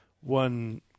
one